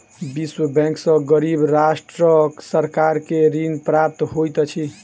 विश्व बैंक सॅ गरीब राष्ट्रक सरकार के ऋण प्राप्त होइत अछि